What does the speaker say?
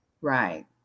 Right